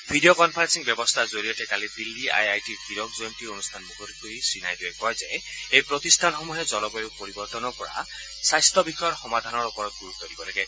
video conferencing ব্যৱস্থাৰ জৰিয়তে কালি দিল্লী আই আই টিৰ হীৰক জয়ন্তী অনুষ্ঠান মুকলি কৰি শ্ৰীনাইড়য়ে কয় যে এই প্ৰতিষ্ঠানসমূহে জলবায়ু পৰিৱৰ্তনৰ পৰা স্বাস্থ্য বিষয়ৰ সমাধানৰ ওপৰত গুৰুত্ব দিব লাগে